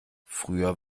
früher